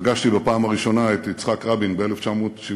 פגשתי בפעם הראשונה את יצחק רבין ב-1975,